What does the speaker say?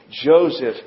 Joseph